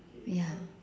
ya